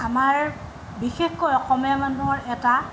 আমাৰ বিশেষকৈ অসমীয়া মানুহৰ এটা